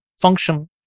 function